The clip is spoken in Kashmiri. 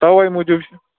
تَوَے موٗجوٗب چھُ